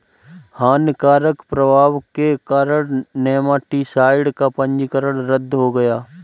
हानिकारक प्रभाव के कारण नेमाटीसाइड का पंजीकरण रद्द हो गया